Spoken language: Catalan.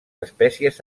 espècies